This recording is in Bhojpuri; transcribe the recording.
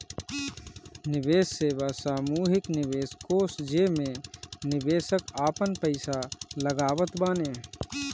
निवेश सेवा सामूहिक निवेश कोष जेमे निवेशक आपन पईसा लगावत बाने